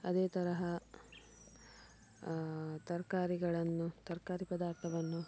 ಅದೇ ತರಹ ತರಕಾರಿಗಳನ್ನು ತರಕಾರಿ ಪದಾರ್ಥವನ್ನು